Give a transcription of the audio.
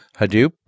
Hadoop